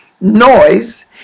noise